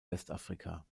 westafrika